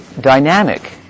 dynamic